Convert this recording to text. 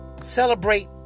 celebrate